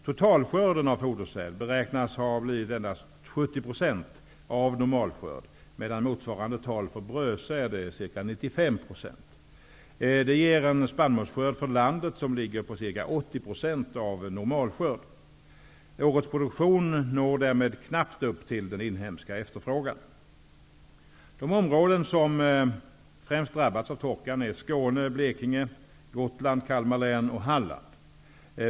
Totalskörden av fodersäd beräknas ha blivit endast ca 70 % av normalskörd, medan motsvarande tal för brödsäd är ca 95 %. Det ger en spannmålsskörd för landet som ligger på ca 80 % av normalskörd. Årets produktion når därmed knappt upp till den inhemska efterfrågan. De områden som främst drabbats av torkan är Halland.